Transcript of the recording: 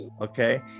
okay